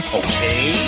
okay